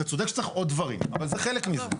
אתה צודק שצריך עוד דברים, אבל זה חלק מזה.